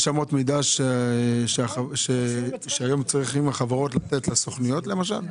יש אמות מידה שהיום צריכות החברות לתת לסוכנויות למשל?